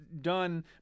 done